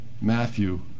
Matthew